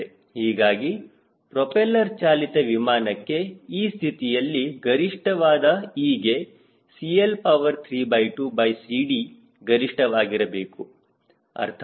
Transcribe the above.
ಹೀಗಾಗಿ ಪ್ರೋಪೆಲ್ಲರ್ ಚಾಲಿತ ವಿಮಾನಕ್ಕೆ ಈ ಸ್ಥಿತಿಯಲ್ಲಿ ಗರಿಷ್ಠವಾದ Eಗೆ CL32CD ಗರಿಷ್ಠವಾಗಿರಬೇಕು ಅರ್ಥವಾಯಿತು